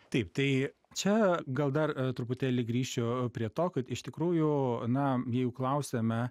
taip tai čia gal dar truputėlį grįšiu prie to kad iš tikrųjų na jeigu klausiame